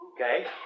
Okay